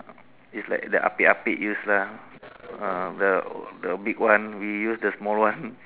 it's like the ah pek ah pek use lah uh the big one we use the small one